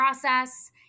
process